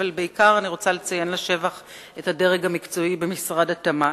אבל בעיקר אני רוצה לציין לשבח את הדרג המקצועי במשרד התמ"ת,